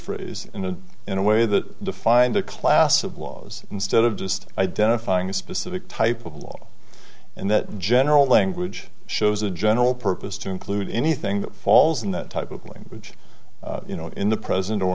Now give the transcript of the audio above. phrase in and in a way that defined a class of was instead of just identifying a specific type of law and that general language shows a general purpose to include anything that falls in that type of language you know in the present or